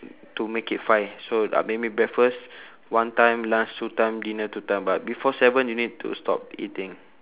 to make it five so uh maybe breakfast one time lunch two time dinner two time but before seven you need to stop eating